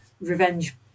Revenge